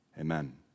Amen